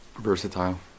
versatile